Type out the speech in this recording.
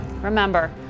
Remember